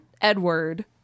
Edward